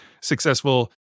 successful